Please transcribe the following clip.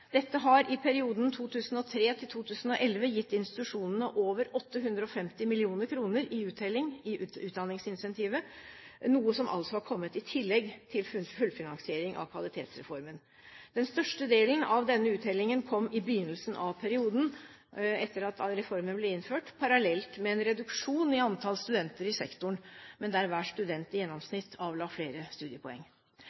Dette har i perioden 2003–2011 gitt institusjonene over 850 mill. kr i uttelling i utdanningsincentivet, noe som altså er kommet i tillegg til fullfinansiering av Kvalitetsreformen. Den største delen av denne uttellingen kom i begynnelsen av perioden etter at reformen ble innført, parallelt med en reduksjon i antall studenter i sektoren, men der hver student i